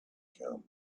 come